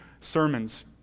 sermons